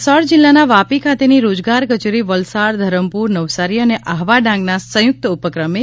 વલસાડ જિલ્લાના વાપી ખાતેની રોજગાર કચેરી વલસાડ ધરમપુર નવસારી અને આહવા ડાંગના સંયુક્તી ઉપક્રમે તા